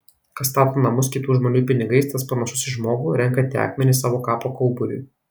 kas stato namus kitų žmonių pinigais tas panašus į žmogų renkantį akmenis savo kapo kauburiui